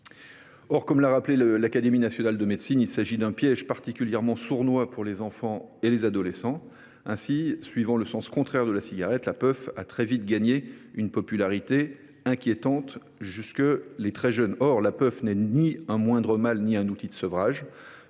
Or, comme l’a rappelé l’Académie nationale de médecine, il s’agit d’un piège particulièrement sournois pour les enfants et les adolescents. Suivant le sens contraire de la cigarette, la puff a ainsi très vite gagné une popularité inquiétante jusque chez les très jeunes. Elle n’est pourtant ni un moindre mal ni un outil de sevrage